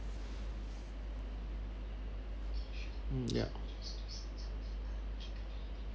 mm yup